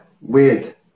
Weird